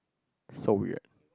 so weird